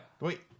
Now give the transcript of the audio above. Wait